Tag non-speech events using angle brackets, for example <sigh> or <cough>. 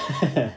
<laughs>